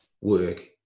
work